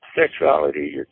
sexuality